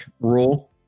rule